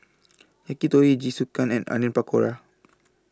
Yakitori Jingisukan and Onion Pakora